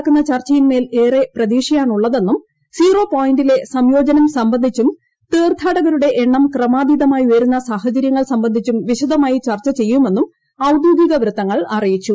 നടക്കുന്ന മറ്റന്നാൾ ഏറെ പ്രതീക്ഷയാണുള്ളതെന്നും സ്ട്രീറ്റോ പോയിന്റിലെ സംയോജനം സംബന്ധിച്ചും തീർത്ഥാടകരുട്ട എണ്ണം ക്രമാതീതമായി ഉയരുന്ന സാഹചര്യങ്ങൾ സംബന്ധിച്ചുക വിശദമായി ചർച്ച ചെയ്യുമെന്നും ഔദ്യോഗിക വൃത്തങ്ങൾ അറിയിച്ചു